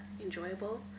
enjoyable